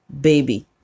Baby